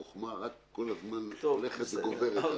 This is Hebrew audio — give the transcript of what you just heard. החכמה כל הזמן הולכת וגוברת,